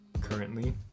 currently